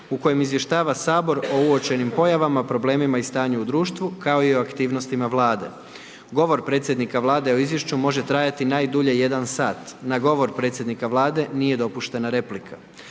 u kojem izvještava Sabor o uočenim pojavama, problemima i stanju u društvu kao i o aktivnostima Vlade. Govor predsjednika Vlade o izvješću može trajati najdulje 1 sat. Na govor predsjednika Vlade nije dopuštena replika.